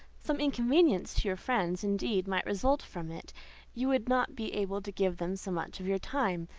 some inconvenience to your friends, indeed, might result from it you would not be able to give them so much of your time.